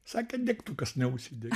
sakė degtukas neužside